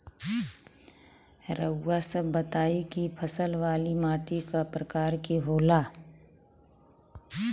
रउआ सब बताई कि फसल वाली माटी क प्रकार के होला?